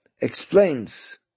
explains